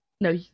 no